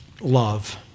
love